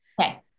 Okay